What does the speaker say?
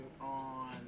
on